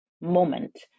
moment